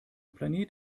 planet